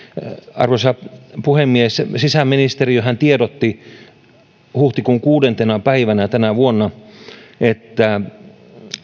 arvoisa puhemies sisäministeriöhän tiedotti huhtikuun kuudentena päivänä tänä vuonna että